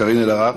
קארין אלהרר,